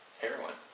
heroin